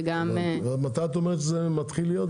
וגם --- מתי את אומרת שזה מתחיל להיות,